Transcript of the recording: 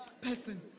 person